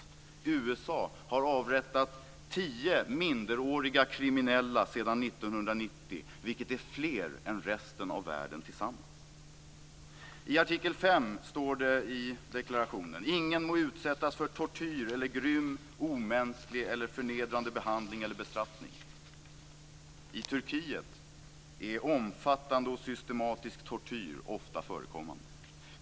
I USA har man avrättat tio minderåriga kriminella sedan 1990, vilket är fler än resten av världen tillsammans. I artikel 5 i deklarationen står det följande: "Ingen må utsättas för tortyr eller grym, omänsklig eller förnedrande behandling eller bestraffning." I Turkiet är omfattande och systematisk tortyr ofta förekommande.